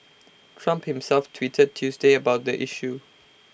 Trump himself tweeted Tuesday about the issue